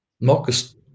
Marcus